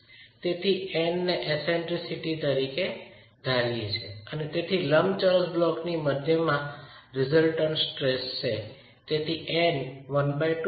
તેથી N ને eccentricity તરીકે ધારીએ છે અને તેથી લંબચોરસ બ્લોકની મધ્યમાં રીસલ્ટન્ટ સ્ટ્રેસ છે